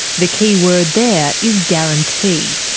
the key word there is guarantee.